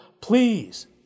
please